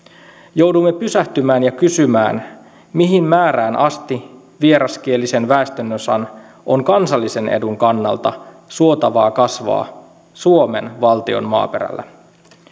joudumme pysähtymään ja kysymään mihin määrään asti vieraskielisen väestönosan on kansallisen edun kannalta suotavaa kasvaa suomen valtion maaperällä